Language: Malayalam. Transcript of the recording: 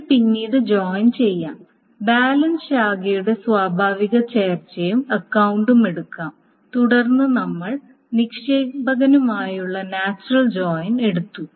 ഇത് പിന്നീട് ജോയിൻ ചെയ്യാം ബാലൻസ് ശാഖയുടെ സ്വാഭാവിക ചേർച്ചയും അക്കൌണ്ടും എടുക്കാം തുടർന്ന് നമ്മൾ നിക്ഷേപകനുമായുള്ള നാച്ചുറൽ ജോയിൻ എടുത്തു